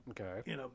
Okay